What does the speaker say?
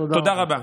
תודה רבה.